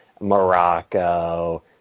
Morocco